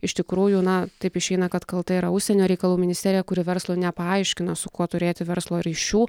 iš tikrųjų na taip išeina kad kalta yra užsienio reikalų ministerija kuri verslui nepaaiškina su kuo turėti verslo ryšių